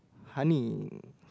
honey